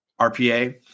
RPA